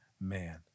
man